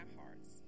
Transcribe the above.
hearts